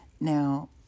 Now